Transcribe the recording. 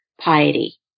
piety